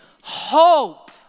hope